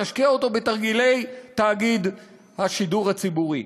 נשקיע אותו בתרגילי תאגיד השידור הציבורי.